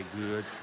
good